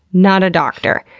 not a doctor?